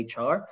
HR